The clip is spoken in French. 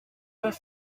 pas